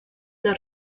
una